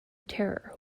terror